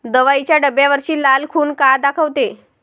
दवाईच्या डब्यावरची लाल खून का दाखवते?